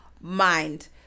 mind